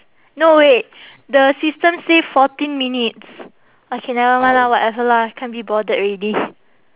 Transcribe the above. no wait the system say fourteen minutes okay never mind lah whatever lah can't be bothered already